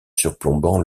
surplombant